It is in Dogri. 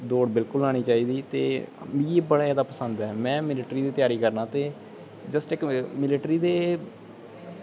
दौड़ बिलकुल लानी चाहिदी ते मिगी बड़ा पसंद ऐ ते में मिलट्री दी त्यारी करना ते मिलट्री दे